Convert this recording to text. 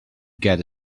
get